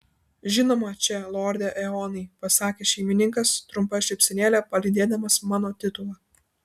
žinoma čia lorde eonai pasakė šeimininkas trumpa šypsenėle palydėdamas mano titulą